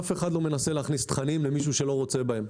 אף אחד לא מנסה להכניס תכנים למי שלא רוצה בהם.